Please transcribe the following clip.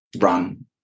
run